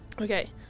Okay